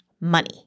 money